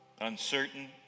uncertain